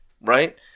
right